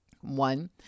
One